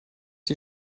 die